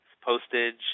postage